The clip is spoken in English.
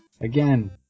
again